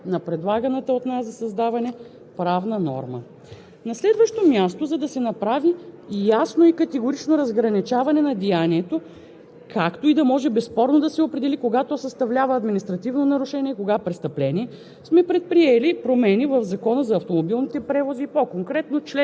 По този начин считам, че в никого не би могло да продължи да съществува съмнение, че така нареченото споделено пътуване, е извън обхвата на разпоредбата на предлаганата от нас за създаване правна норма. На следващо място, за да се направи ясно и категорично разграничаване на деянието,